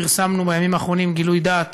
פרסמנו בימים האחרונים גילוי דעת